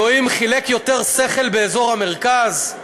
אלוהים חילק יותר שכל באזור המרכז?